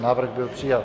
Návrh byl přijat.